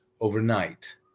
overnight